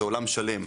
זה עולם שלם,